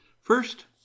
First